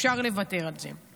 אפשר לוותר על זה.